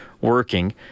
working